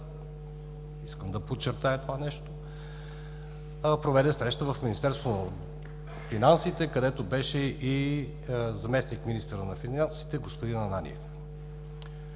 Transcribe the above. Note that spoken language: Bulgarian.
искам да подчертая това нещо, проведе среща в Министерството на финансите, където беше и заместник-министърът на финансите господин Ананиев.